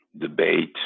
debate